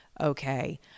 okay